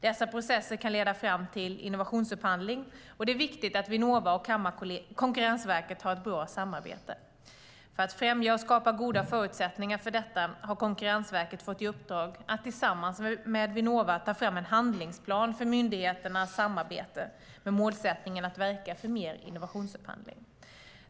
Dessa processer kan leda fram till innovationsupphandling, och det är viktigt att Vinnova och Konkurrensverket har ett bra samarbete. För att främja och skapa goda förutsättningar för detta har Konkurrensverket fått i uppdrag att tillsammans med Vinnova ta fram en handlingsplan för myndigheternas samarbete, med målsättningen att verka för mer innovationsupphandling.